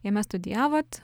jame studijavot